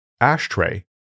ashtray